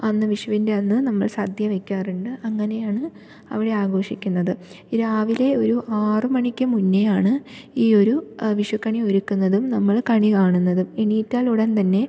അന്ന് വിഷുവിൻ്റെ അന്ന് നമ്മൾ സദ്യ വയ്ക്കാറുണ്ട് അങ്ങനെയാണ് അവിടെ ആഘോഷിക്കുന്നത് രാവിലെ ഒരു ആറുമണിക്ക് മുന്നേയാണ് ഈ ഒരു വിഷുക്കണി ഒരുക്കുന്നതും നമ്മൾ കണി കാണുന്നതും എണീറ്റാൽ ഉടൻ തന്നെ